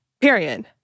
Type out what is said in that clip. Period